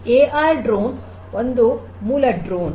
AR drones ಒಂದು ಮೂಲ drone